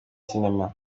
sinema